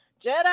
Jedi